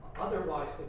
Otherwise